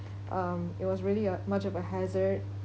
um it was really uh much of a hazard